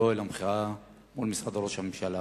באוהל המחאה מול משרד ראש הממשלה.